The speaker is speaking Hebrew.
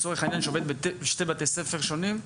לצורך העניין שעובד בתוך שני בתי ספר שונים.